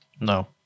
No